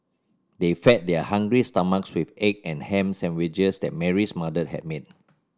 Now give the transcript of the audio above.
they fed their hungry stomachs with egg and ham sandwiches that Mary's mother had made